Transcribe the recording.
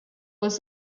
was